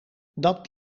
dat